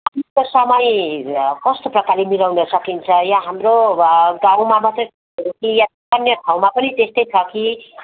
पानीको समय कस्तो प्रकारले मिलाउन सकिन्छ यहाँ हाम्रो गाउँमा मात्रै हो कि या अन्य ठाउँमा पनि त्यस्तै छ कि